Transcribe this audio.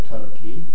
Turkey